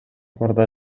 мурда